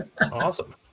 awesome